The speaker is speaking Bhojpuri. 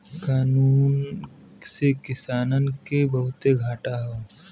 कानून से किसानन के बहुते घाटा हौ